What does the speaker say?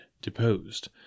deposed